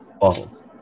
bottles